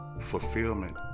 Fulfillment